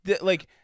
like-